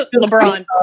LeBron